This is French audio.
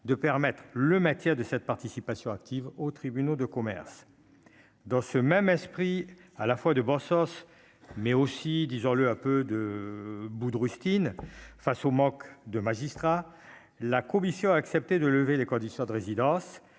de permettre le matière de cette participation active aux tribunaux de commerce dans ce même esprit à la fois de bon sens, mais aussi, disons-le, à peu de bout de rustines face au manque de magistrats, la Commission a accepté de lever les conditions de résidence